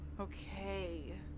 Okay